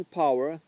power